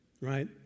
right